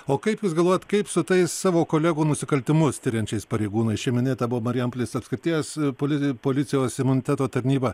o kaip jūs galvojat kaip su tais savo kolegų nusikaltimus tiriančiais pareigūnais čia minėta buvo marijampolės apskrities policija policijos imuniteto tarnyba